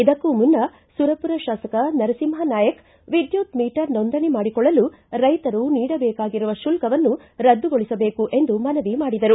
ಇದಕ್ಕೂ ಮುನ್ನ ಸುರಪುರ ಶಾಸಕ ನರಸಿಂಹ ನಾಯಕ್ ವಿದ್ಯುತ್ ಮೀಟರ್ ನೋಂದಣಿ ಮಾಡಿಕೊಳ್ಳಲು ರೈತರು ನೀಡಬೇಕಾಗಿರುವ ಶುಲ್ತವನ್ನು ರದ್ದುಗೊಳಿಸಬೇಕು ಎಂದು ಮನವಿ ಮಾಡಿದರು